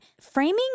Framing